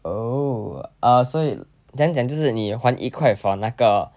oh oh ah 所以 then 将将只是你换一块分那个